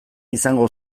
izango